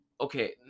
Okay